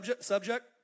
subject